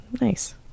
nice